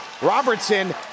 Robertson